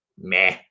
meh